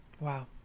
Wow